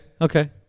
Okay